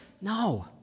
No